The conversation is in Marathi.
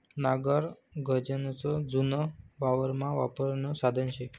नांगर गनच जुनं वावरमा वापरानं साधन शे